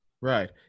Right